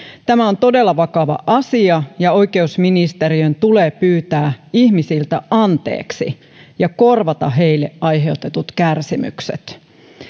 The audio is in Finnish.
tämä on todella vakava asia ja oikeusministeriön tulee pyytää ihmisiltä anteeksi ja korvata heille aiheutetut kärsimykset